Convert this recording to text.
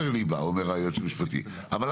היועץ המשפטי אומר: היפר ליבה.